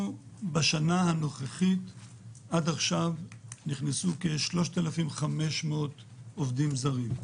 עד עכשיו נכנסו כ-3,500 עובדים זרים.